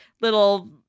little